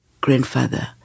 grandfather